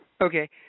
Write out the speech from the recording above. Okay